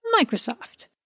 Microsoft